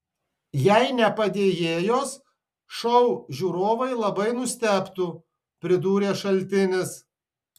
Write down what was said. jei ne padėjėjos šou žiūrovai labai nustebtų pridūrė šaltinis